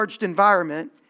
environment